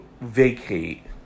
vacate